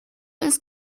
ist